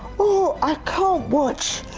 oh i can't watch.